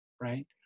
right